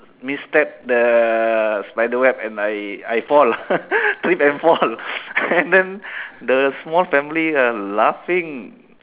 misstep the spiderweb and I I fall lah trip and fall and then the small family are laughing